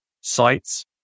sites